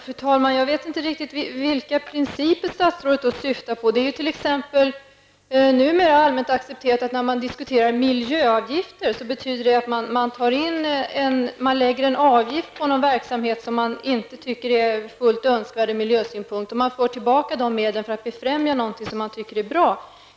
Fru talman! Jag vet inte riktigt vilka principer statsrådet syftar på. Numera är det t.ex. allmänt accepterat att när man diskuterar miljöavgifter, betyder det att man lägger en avgift på någon verksamhet som man inte tycker är önskvärd ur miljösynpunkt. Man använder sedan medlen för att befrämja något som man tycker är bra.